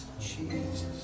Jesus